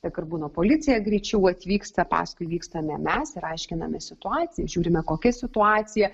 tiek ir būna policija greičiau atvyksta paskui vykstame mes ir aiškinamės situaciją žiūrime kokia situacija